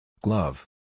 Glove